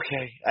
okay